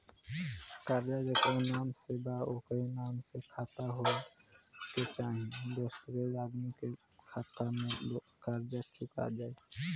कर्जा जेकरा नाम से बा ओकरे नाम के खाता होए के चाही की दोस्रो आदमी के खाता से कर्जा चुक जाइ?